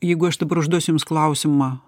jeigu aš dabar užduosiu jums klausimą